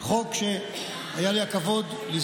הינה, עכשיו